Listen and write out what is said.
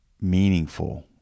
meaningful